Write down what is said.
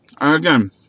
again